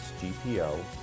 GPO